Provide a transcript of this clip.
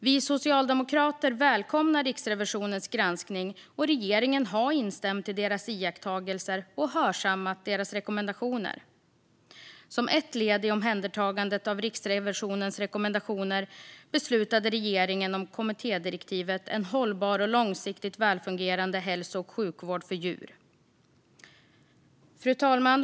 Vi socialdemokrater välkomnar Riksrevisionens granskning, och regeringen har instämt i deras iakttagelser och hörsammat deras rekommendationer. Som ett led i omhändertagandet av Riksrevisionens rekommendationer beslutade regeringen om kommittédirektivet En hållbar och lång siktigt välfungerande hälso och sjukvård för djur . Fru talman!